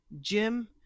Jim